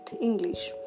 English